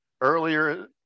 earlier